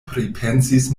pripensis